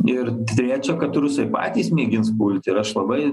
ir trečia kad rusai patys mėgins pulti ir aš labai